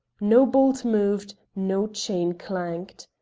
no bolt moved, no chain clanked.